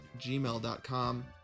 gmail.com